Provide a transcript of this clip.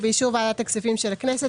ובאישור ועדת הכספים של הכנסת,